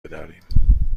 بداریم